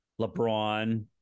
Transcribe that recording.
LeBron